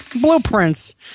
Blueprints